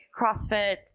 CrossFit